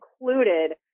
included